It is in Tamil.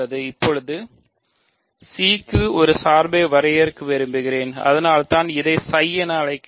இப்போது C க்கு ஒரு சார்பை வரையறுக்க விரும்புகிறேன் அதனால்தான் இதை ψ என்று அழைக்கிறேன்